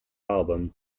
album